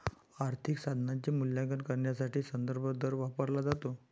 आर्थिक साधनाचे मूल्यांकन करण्यासाठी संदर्भ दर वापरला जातो